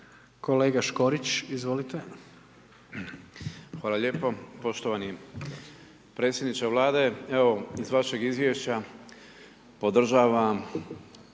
**Škorić, Petar (HDZ)** Hvala lijepo. Poštovani predsjedniče Vlade, evo iz vašeg Izvješća podržavam